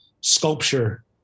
sculpture